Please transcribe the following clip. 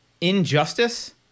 injustice